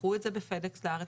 ישלחו את זה בפדקס לארץ.